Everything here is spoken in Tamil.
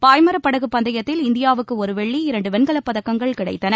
பாய்மரப் படகு பந்தயத்தில் இந்தியாவுக்கு ஒரு வெள்ளி இரண்டு வெண்கலப் பதக்கங்கள் கிடைத்தன